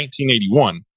1981